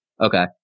okay